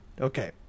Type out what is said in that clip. Okay